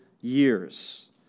years